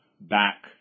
back